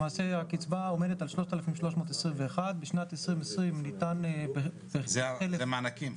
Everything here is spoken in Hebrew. למעשה הקצבה עומדת על 3,321. בשנת 2020 ניתן -- זה המענקים?